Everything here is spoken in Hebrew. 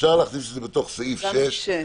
שאפשר להכניס את זה בתוך סעיף 6,